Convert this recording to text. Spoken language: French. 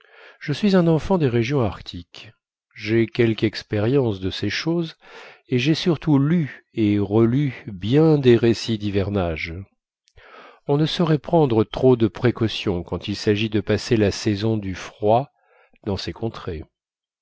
je suis un enfant des régions arctiques j'ai quelque expérience de ces choses et j'ai surtout lu et relu bien des récits d'hivernage on ne saurait prendre trop de précautions quand il s'agit de passer la saison du froid dans ces contrées